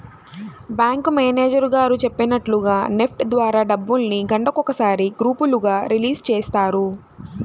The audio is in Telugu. బ్యాంకు మేనేజరు గారు చెప్పినట్లుగా నెఫ్ట్ ద్వారా డబ్బుల్ని గంటకొకసారి గ్రూపులుగా రిలీజ్ చేస్తారు